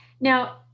Now